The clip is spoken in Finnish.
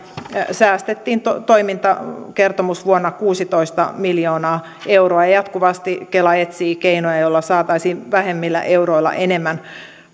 säästettiin toimintakertomusvuonna kuusitoista miljoonaa euroa ja jatkuvasti kela etsii keinoja joilla saataisiin vähemmillä euroilla enemmän